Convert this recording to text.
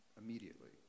immediately